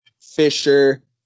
Fisher